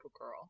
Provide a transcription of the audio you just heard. girl